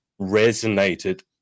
resonated